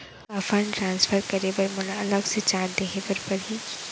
का fund transfer करे बर मोला अलग से चार्ज देहे बर परही?